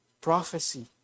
prophecy